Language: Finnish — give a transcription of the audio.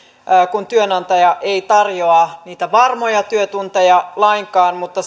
kun työnantaja ei tarjoa niitä varmoja työtunteja lainkaan mutta